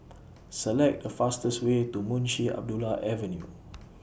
Select The fastest Way to Munshi Abdullah Avenue